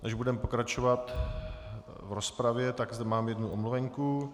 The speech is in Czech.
Než budeme pokračovat v rozpravě, tak zde mám jednu omluvenku.